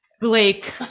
Blake